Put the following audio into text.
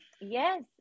yes